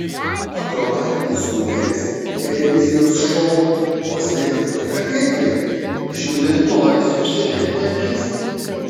akrobatinis numeris televizijos šou vos nevirto tragedija žiūrint norisi užsidengti akis